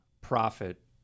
profit